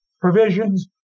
provisions